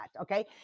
okay